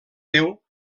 déu